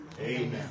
Amen